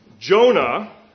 Jonah